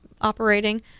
operating